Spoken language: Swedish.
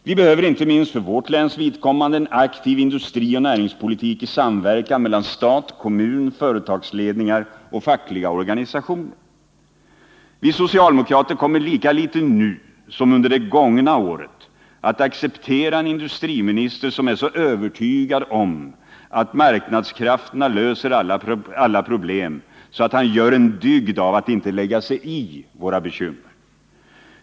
Vi behöver, inte minst för vårt läns vidkommande, en aktiv industrioch näringspolitik i samverkan mellan stat, kommun, företagsledningar och fackliga organisationer. Vi socialdemokrater kommer lika litet nu som under det gångna året att acceptera en industriminister som är så övertygad om att marknadskrafterna löser alla problem att han gör en dygd av att inte lägga sig i våra bekymmer.